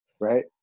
right